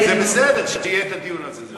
וזה בסדר שיהיה הדיון על זה,